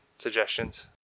suggestions